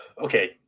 Okay